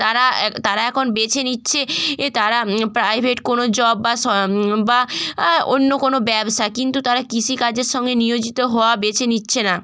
তারা এক তারা এখন বেছে নিচ্ছে এ তারা প্রাইভেট কোনো জব বা স বা অন্য কোন ব্যবসা কিন্তু তারা কৃষিকাজের সঙ্গে নিয়োজিত হওয়া বেছে নিচ্ছে না